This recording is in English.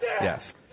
Yes